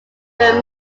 were